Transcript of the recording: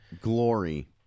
Glory